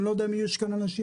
אני לא יודע אם יש כאן אנשים,